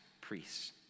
priests